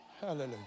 Hallelujah